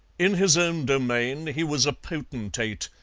in his own domain he was a potentate,